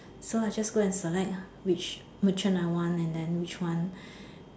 so I just go and select ah which merchant I want and then which one